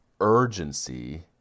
urgency